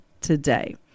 today